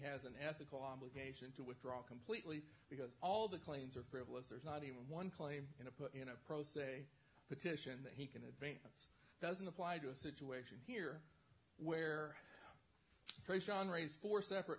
has an ethical obligation to withdraw completely because all the claims are frivolous there's not even one claim in a put in a pro se petition that he can advance doesn't apply to a situation here where trace on race four separate